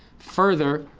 further,